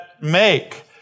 make